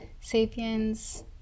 Sapiens